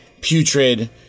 putrid